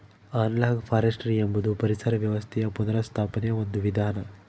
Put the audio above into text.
analogue forestry ಎಂಬುದು ಪರಿಸರ ವ್ಯವಸ್ಥೆಯ ಪುನಃಸ್ಥಾಪನೆಯ ಒಂದು ವಿಧಾನ